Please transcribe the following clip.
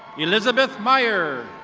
elizabeth meyer.